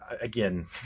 again